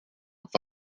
phi